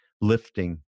lifting